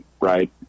right